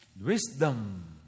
Wisdom